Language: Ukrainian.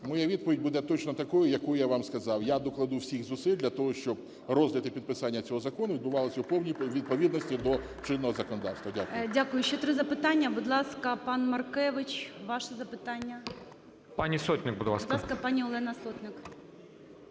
Моя відповідь буде точно такою, яку я вам сказав. Я докладу всіх зусиль для того, щоб розгляд і підписання цього закону відбувалось у повній відповідності до чинного законодавства. ГОЛОВУЮЧИЙ. Дякую. Ще три запитання. Будь ласка, пан Маркевич, ваше запитання. 16:16:38 МАРКЕВИЧ Я.В. Пані Сотник, будь ласка. ГОЛОВУЮЧИЙ. Будь ласка, пані Олена Сотник.